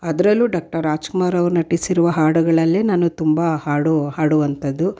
ಅದ್ರಲ್ಲೂ ಡಾಕ್ಟರ್ ರಾಜ್ಕುಮಾರವ್ರು ನಟಿಸಿರುವ ಹಾಡುಗಳಲ್ಲೇ ನಾನು ತುಂಬ ಹಾಡು ಹಾಡುವಂಥದ್ದು